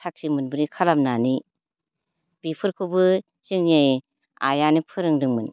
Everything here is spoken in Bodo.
साखि मोनब्रै खालामनानै बेफोरखौबो जोंनि आइयानो फोरोंदोंमोन